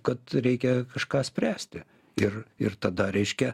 kad reikia kažką spręsti ir ir tada reiškia